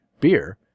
beer